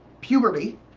puberty